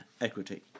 equity